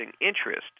interest